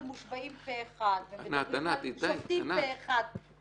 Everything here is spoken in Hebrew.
מושבעים פה אחד ומדברים על שופטים פה אחד -- ענת,